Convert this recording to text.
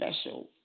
special